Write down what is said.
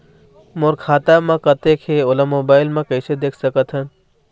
मोर खाता म कतेक हे ओला मोबाइल म कइसे देख सकत हन?